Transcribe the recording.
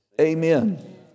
Amen